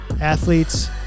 athletes